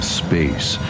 space